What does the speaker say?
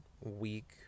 week